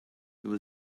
there